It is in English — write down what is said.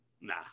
nah